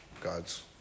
God's